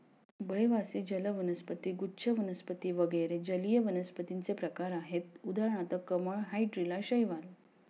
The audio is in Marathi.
उभयवासी जल वनस्पती, गुच्छ वनस्पती वगैरे जलीय वनस्पतींचे प्रकार आहेत उदाहरणार्थ कमळ, हायड्रीला, शैवाल